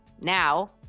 Now